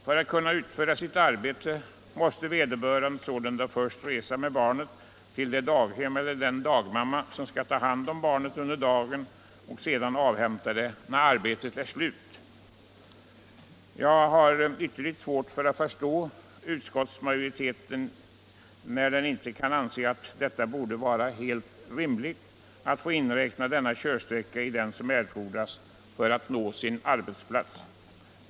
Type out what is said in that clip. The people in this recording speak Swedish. För att kunna utföra sitt arbete måste vederbörande sålunda först resa med barnet till det daghem eller den dagmamma, som skall ta hand om barnet under dagen, och sedan avhämta det när arbetet är slut. Jag har ytterligt svårt att förstå att utskottsmajoriteten inte kan anse att det borde vara helt rimligt att man får inräkna denna körsträcka i den sträcka som erfordras för att man skall kunna nå sin arbetsplats.